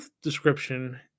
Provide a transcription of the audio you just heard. description